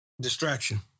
distraction